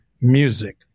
music